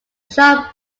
shaw